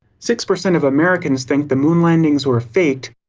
six percent of americans think the moon landings were faked,